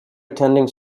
attending